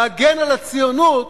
להגן על הציונות